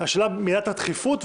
השאלה מידת הדחיפות,